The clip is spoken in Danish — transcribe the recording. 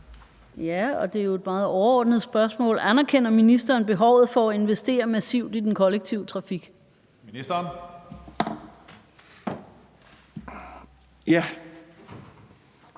Ja, og det er jo et meget overordnet spørgsmål: Anerkender ministeren behovet for at investere massivt i den kollektive trafik? Kl.